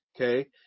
Okay